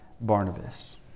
Barnabas